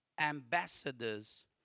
ambassadors